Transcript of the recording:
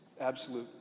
absolute